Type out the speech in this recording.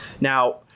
now